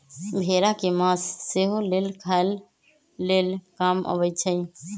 भेड़ा के मास सेहो लेल खाय लेल काम अबइ छै